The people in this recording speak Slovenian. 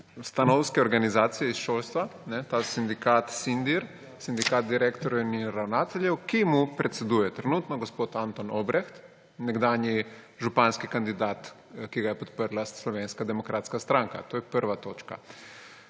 stanovske organizacije iz šolstva, ta sindikat Sindir, Sindikat direktorjev in ravnateljev, ki mu trenutno predseduje gospod Anton Obreht, nekdanji županski kandidat, ki ga je podprla Slovenska demokratska stranka. To je prva točka.